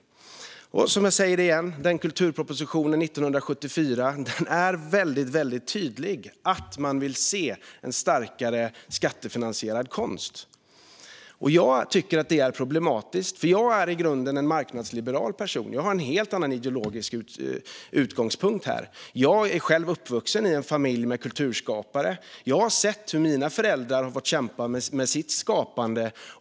Jag säger det igen: I kulturpropositionen från 1974 är man väldigt tydlig med att man vill se en starkare skattefinansierad konst. Jag tycker att det är problematiskt, för jag är i grunden en marknadsliberal person. Jag har en helt annan ideologisk utgångspunkt. Jag är själv uppvuxen i en familj med kulturskapare och har sett hur mina föräldrar fått kämpa med sitt skapande.